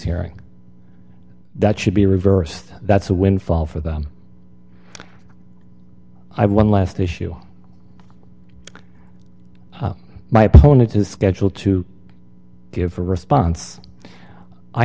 hearing that should be reversed that's a windfall for them i won last issue my opponent is scheduled to give a response i